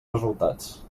resultats